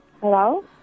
Hello